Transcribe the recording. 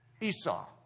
Esau